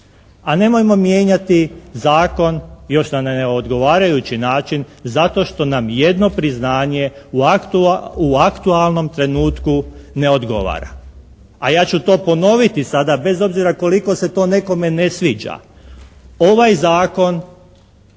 a nemojmo mijenjati zakon još na neodgovarajući način zato što nam jedno priznanje u aktualnom trenutku ne odgovara. A ja ću to ponoviti sada bez obzira koliko se to nekome ne sviđa. Ovaj zakon